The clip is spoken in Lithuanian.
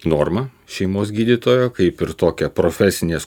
normą šeimos gydytojo kaip ir tokią profesinės